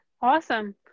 awesome